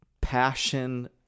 passion